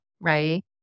right